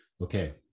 Okay